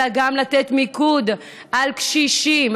אלא גם לתת מיקוד על קשישים,